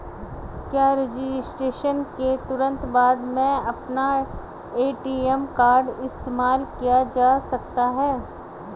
क्या रजिस्ट्रेशन के तुरंत बाद में अपना ए.टी.एम कार्ड इस्तेमाल किया जा सकता है?